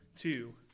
two